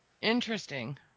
Interesting